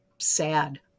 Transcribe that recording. sad